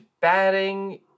batting